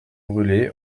brulé